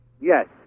Yes